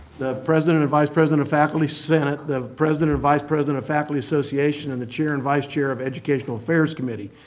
the president and vice president of faculty senate, the president and vice president of faculty association, and the chair and vice chair of educational affairs committee.